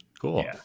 Cool